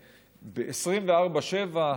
24/7,